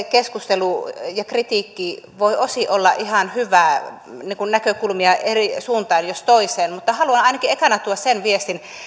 keskustelu ja kritiikki yrittäjävähennyksestä voi osin olla ihan hyvää näkökulmia suuntaan jos toiseen mutta haluan ainakin ekana tuoda sen viestin